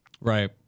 Right